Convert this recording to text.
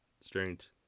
Strange